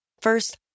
First